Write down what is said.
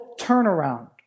turnaround